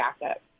backup